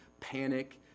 panic